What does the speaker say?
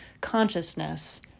consciousness